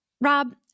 Rob